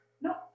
no